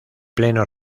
pleno